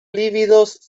lívidos